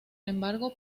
embargo